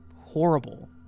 horrible